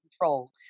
control